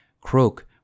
Croak